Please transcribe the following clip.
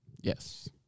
Yes